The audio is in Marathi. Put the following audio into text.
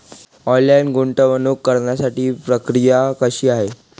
ऑनलाईन गुंतवणूक करण्यासाठी प्रक्रिया कशी आहे?